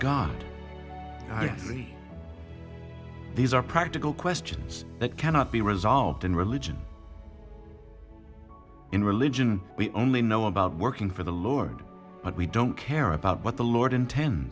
see these are practical questions that cannot be resolved in religion in religion we only know about working for the lord but we don't care about what the lord inten